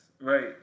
Right